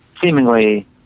seemingly